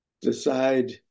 decide